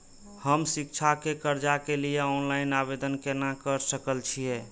हम शिक्षा के कर्जा के लिय ऑनलाइन आवेदन केना कर सकल छियै?